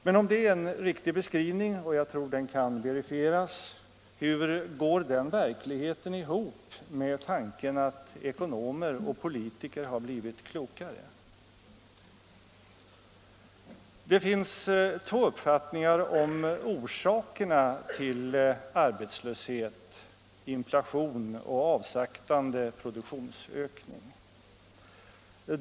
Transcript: Men om detta är en riktig beskrivning — och jag tror att den kan verifieras — hur går då denna verklighet ihop med tanken att ekonomer och politiker har blivit klokare? Det finns två uppfattningar om orsakerna till arbetslöshet, inflation och avsaktande produktionsökning.